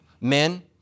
Men